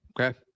Okay